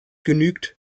genügt